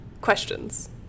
Questions